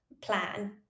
plan